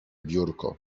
biurko